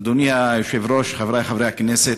אדוני היושב-ראש, חברי חברי הכנסת,